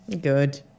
Good